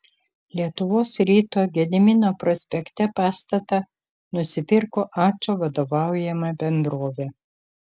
lietuvos ryto gedimino prospekte pastatą nusipirko ačo vadovaujama bendrovė